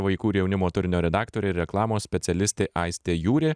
vaikų ir jaunimo turinio redaktorė ir reklamos specialistė aistė jūrė